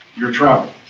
your travel.